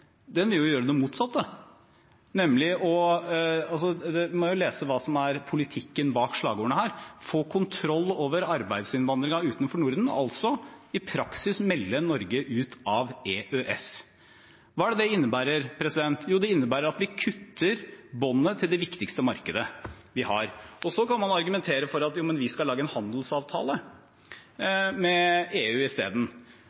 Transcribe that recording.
vil gjøre det motsatte. Vi må lese hva som er politikken bak slagordene her: å få kontroll over arbeidsinnvandringen fra utenfor Norden, altså i praksis melde Norge ut av EØS. Hva innebærer det? Jo, at vi kutter båndet til det viktigste markedet vi har. Så kan man argumentere med at vi skal lage en handelsavtale